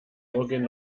vorgehen